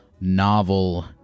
novel